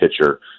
pitcher